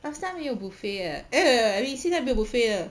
last time 也有 buffet eh eh 没有没有现在没有 buffet 了